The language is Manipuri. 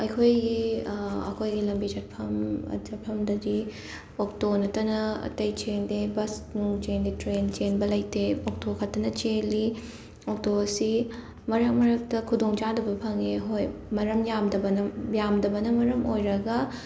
ꯑꯩꯈꯣꯏꯒꯤ ꯑꯩꯈꯣꯏꯒꯤ ꯂꯝꯕꯤ ꯆꯠꯐꯝ ꯆꯠꯐꯝꯗꯗꯤ ꯑꯣꯛꯇꯣ ꯅꯠꯇꯅ ꯑꯇꯩ ꯆꯦꯟꯗꯦ ꯕꯁ ꯅꯨꯡ ꯆꯦꯟꯗꯦ ꯇ꯭ꯔꯦꯟ ꯆꯦꯟꯕ ꯂꯩꯇꯦ ꯑꯣꯛꯇꯣ ꯈꯛꯇꯅ ꯆꯦꯜꯂꯤ ꯑꯣꯛꯇꯣ ꯑꯁꯤ ꯃꯔꯛ ꯃꯔꯛꯇ ꯈꯨꯗꯣꯡꯆꯥꯗꯕ ꯐꯪꯉꯤ ꯍꯣꯏ ꯃꯔꯝ ꯌꯥꯝꯗꯕꯅ ꯌꯥꯝꯗꯕꯅ ꯃꯔꯝ ꯑꯣꯏꯔꯒ